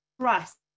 trust